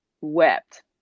wept